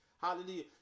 Hallelujah